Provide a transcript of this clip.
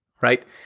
right